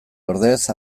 ordez